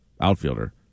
outfielder